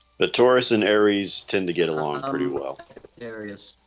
the taurus and aries tend to get along pretty well areas